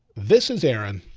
this is aaron,